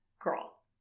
Girl